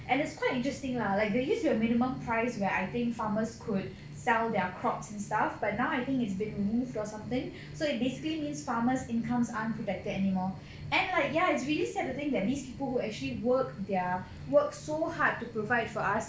and it's quite interesting lah like they used to have minimum price where I think farmers could sell their crops and stuff but now I think it's been removed or something so it basically means farmers' incomes aren't protected anymore and like ya it's really sad to think that these people who actually work their work so hard to provide for us